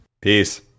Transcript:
Peace